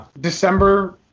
December